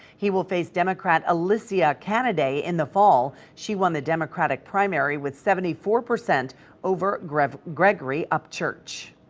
he will face democrat alicea candidate in the fall she won the democratic primary with seventy four percent over grabbed gregory upchurch.